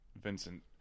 Vincent